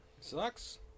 sucks